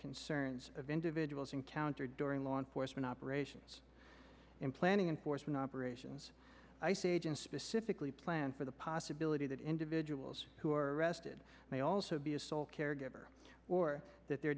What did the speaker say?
concerns of individuals encountered during law enforcement operations in planning and forcing operations ice agents specifically plan for the possibility that individuals who are arrested may also be a sole caregiver or that their